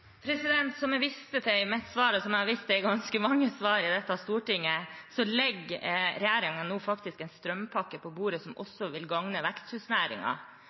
Som jeg viste til i svaret mitt, og som jeg har vist til i ganske mange svar i dette stortinget, legger regjeringen nå faktisk en strømpakke på bordet som også vil gagne